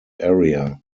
area